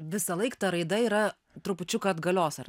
visąlaik ta raida yra trupučiuką atgalios ar